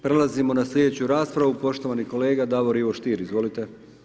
Prelazimo na slijedeću raspravu, poštovani kolega Davor Ivo Stier, izvolite.